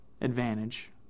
advantage